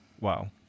Wow